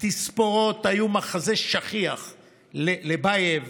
התספורות היו מחזה שכיח, לב לבייב,